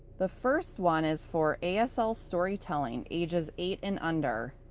the first one is for asl storytelling ages eight and under.